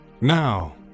Now